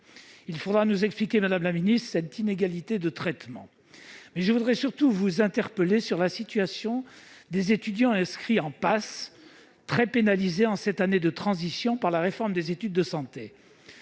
Il faudra nous expliquer cette inégalité de traitement. Je tiens surtout à vous interpeller sur la situation des étudiants inscrits en parcours accès santé spécifique (PASS), très pénalisés en cette année de transition par la réforme des études de santé.